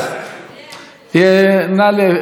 נא לפתוח.